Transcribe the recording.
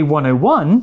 101